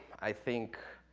i think,